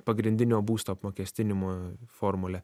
pagrindinio būsto apmokestinimo formulę